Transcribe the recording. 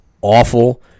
awful